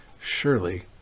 surely